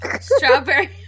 strawberry